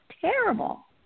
terrible